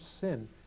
sin